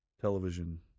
television